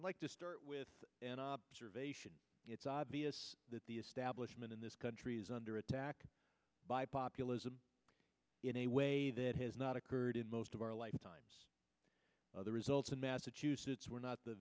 like this with an observation it's obvious that the establishment in this country is under attack by populism in a way that has not occurred in most of our lifetimes the results in massachusetts were not the